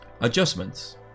adjustments